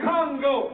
Congo